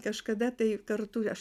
kažkada tai kartu aš